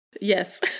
Yes